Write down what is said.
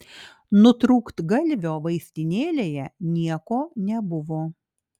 nutrūktgalvio vaistinėlėje nieko nebuvo